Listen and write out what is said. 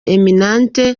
eminante